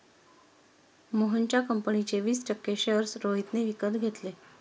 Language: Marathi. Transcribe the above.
मोहनच्या कंपनीचे वीस टक्के शेअर्स रोहितने विकत घेतले